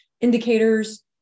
indicators